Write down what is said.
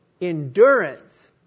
endurance